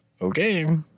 Okay